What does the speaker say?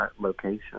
location